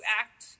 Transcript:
act